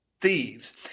thieves